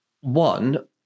One